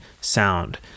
sound